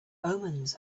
omens